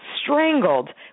strangled